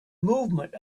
movement